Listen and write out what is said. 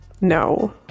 no